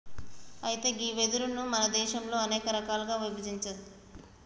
అయితే గీ వెదురును మన దేసంలో అనేక రకాలుగా ఇభజించారు